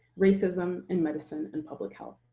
racism in medicine and public health.